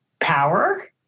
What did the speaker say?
power